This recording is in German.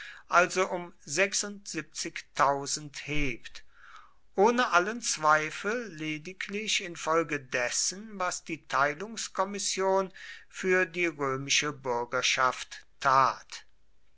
also um hebt ohne allen zweifel lediglich infolge dessen was die teilungskommission für die römische bürgerschaft tat